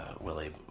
Willie